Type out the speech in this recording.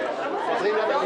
קודם כל הולכים למליאה,